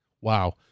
Wow